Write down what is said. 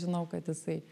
žinau kad jisai